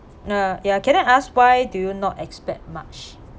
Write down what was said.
nah ya can I ask why do you not expect much